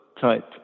type